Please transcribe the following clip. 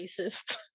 racist